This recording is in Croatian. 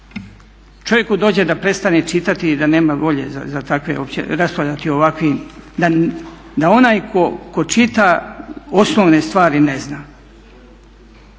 čovjeku dođe da prestane čitati i da nema volje raspravljati o ovakvim, da onaj tko čita osnovne stvari ne zna.